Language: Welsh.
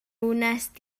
wnest